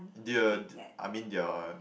their I mean their